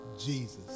Jesus